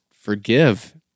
forgive